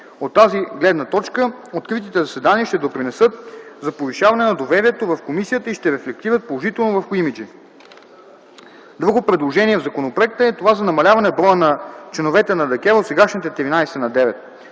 От тази гледна точка – откритите заседания ще допринесат за повишаване на доверието в Комисията и ще рефлектират положително върху имиджа й. Друго предложение в законопроекта е това за намаляване броя на членовете на ДКЕВР от сегашните 13 на 9.